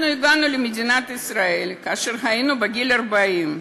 אנחנו הגענו למדינת ישראל כאשר היינו בגיל 40,